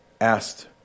asked